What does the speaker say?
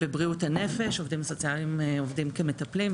בבריאות הנפש העובדים הסוציאליים עובדים כמטפלים,